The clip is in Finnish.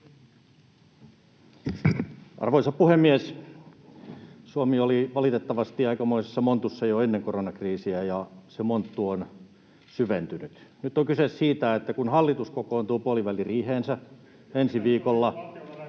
Arvoisa puhemies! Suomi oli valitettavasti aikamoisessa montussa jo ennen koronakriisiä, ja se monttu on syventynyt. Nyt on kyse siitä, että kun hallitus kokoontuu puoliväliriiheensä ensi viikolla,